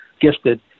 gifted